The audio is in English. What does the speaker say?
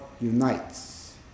unites